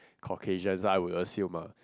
Caucasians ah I would assume ah